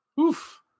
Oof